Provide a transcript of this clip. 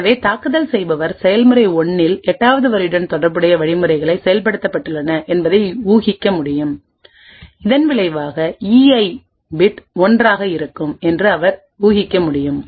எனவே தாக்குதல் செய்பவர் செயல்முறை 1 இல் 8 வது வரியுடன் தொடர்புடைய வழிமுறைகள் செயல்படுத்தப்பட்டுள்ளன என்பதை ஊகிக்க முடியும் இதன் விளைவாக ஈஐபிட் 1 ஆக இருக்கும் என்று அவர் ஊகிக்க முடியும்